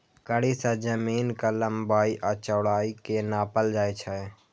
कड़ी सं जमीनक लंबाइ आ चौड़ाइ कें नापल जाइ छै